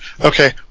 Okay